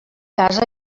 casa